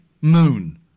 Moon